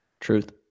Truth